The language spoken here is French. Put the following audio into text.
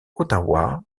ottawa